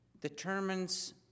Determines